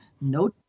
no